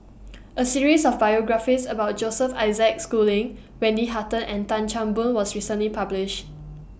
A series of biographies about Joseph Isaac Schooling Wendy Hutton and Tan Chan Boon was recently published